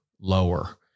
lower